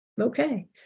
okay